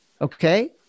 Okay